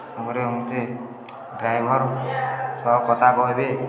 ତାପରେ ହେଉଛି ଡ୍ରାଇଭର ସହ କଥା କହିବି